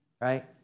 right